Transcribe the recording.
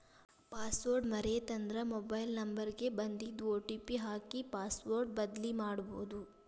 password ಮರೇತಂದ್ರ mobile number ಗ ಬನ್ದಿದ್ ಒ.ಟಿ.ಪಿ ಹಾಕಿ ಪಾಸ್ವರ್ಡ್ ಬದ್ಲಿಮಾಡ್ಬೊದು